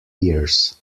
years